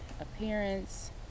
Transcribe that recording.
appearance